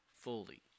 fully